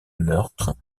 meurtre